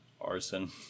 arson